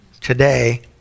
today